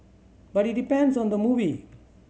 but it depends on the movie